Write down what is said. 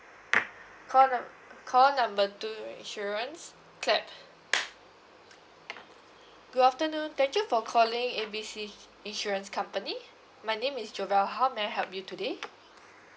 call number call number two insurance clap good afternoon thank you for calling A B C insurance company my name is javal how may I help you today